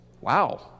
Wow